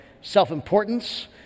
self-importance